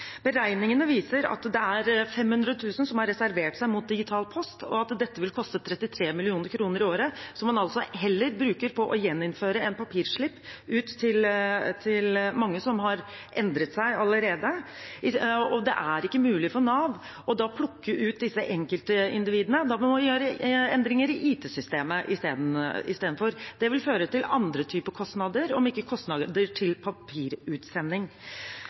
Beregningene viser at det er 500 000 som har reservert seg mot digital post, og at dette vil koste 33 mill. kr i året – som man altså heller bruker på å gjeninnføre en papirslipp til mange som har endret seg allerede. Det er ikke mulig for Nav å plukke ut disse enkeltindividene, da må man gjøre endringer i IT-systemet istedenfor. Det vil føre til andre typer kostnader, om ikke kostnader til papirutsending.